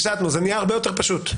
יותר פשוט .